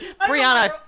Brianna